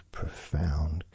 profound